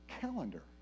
calendar